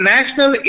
National